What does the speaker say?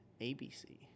ABC